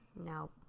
No